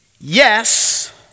Yes